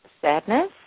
Sadness